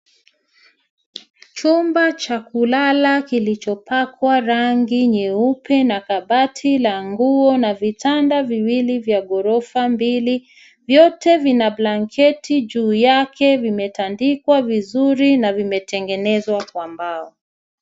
Chumba cha kulala kilichopakwa rangi nyeupe na kabati la nguo na vitanda viwili vya ghorofa mbili. Vyote vina blanketi juu yake, vimetandikwa vizuri na vimetengenezwa kwa mbao.